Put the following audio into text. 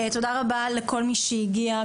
תודה רבה לכל מי שהגיע,